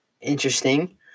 interesting